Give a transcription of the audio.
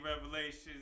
Revelations